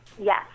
yes